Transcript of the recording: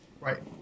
Right